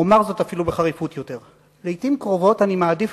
אומר זאת אפילו בחריפות יותר: לעתים קרובות אני מעדיף